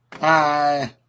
Hi